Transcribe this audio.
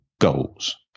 goals